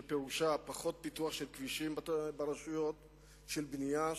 שפירושה פחות פיתוח של כבישים ברשויות ושל בנייה,